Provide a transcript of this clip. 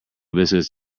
biscuits